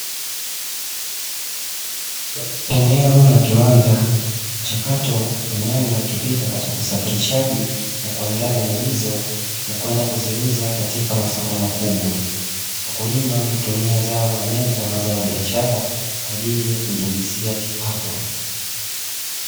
Eneo la kiwanda, mchakato wa nyanya ukipita katika usafirshaji na kuandaa nyanya hizo na kwenda kuziuza katika masoko makubwa. Wakulima hutumia zao la nyanya kama zao la biashara kwa ajili ya kujiingizia kipato.